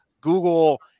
Google